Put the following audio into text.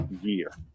year